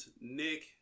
Nick